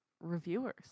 reviewers